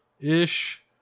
ish